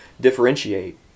differentiate